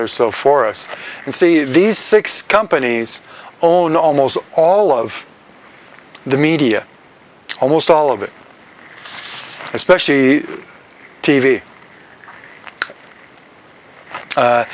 there so for us and see these six companies own almost all of the media almost all of it especially t